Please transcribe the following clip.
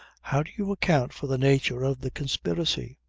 how do you account for the nature of the conspiracy.